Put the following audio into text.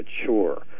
mature